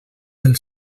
pel